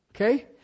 Okay